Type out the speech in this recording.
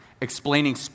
explaining